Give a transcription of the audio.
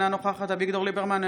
אינה נוכחת אביגדור ליברמן,